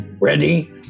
Ready